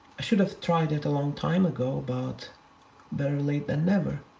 i should have tried it a long time ago, but better late than never.